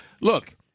look